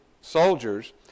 soldiers